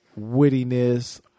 wittiness